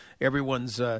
everyone's –